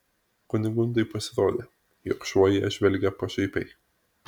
kunigundai pasirodė jog šuo į ją žvelgia pašaipiai